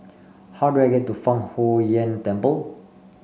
how do I get to Fang Huo Yuan Temple